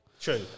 True